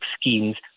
schemes